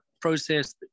process